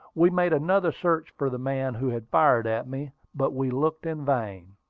we made another search for the man who had fired at me, but we looked in vain.